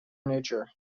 nature